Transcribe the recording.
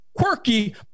quirky